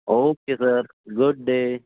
okay sir good day